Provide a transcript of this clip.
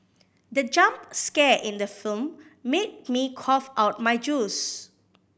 the jump scare in the film made me cough out my juice